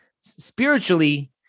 spiritually